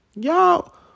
Y'all